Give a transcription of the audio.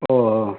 ஓ ஓ